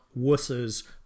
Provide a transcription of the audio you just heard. wusses